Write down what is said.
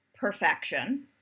perfection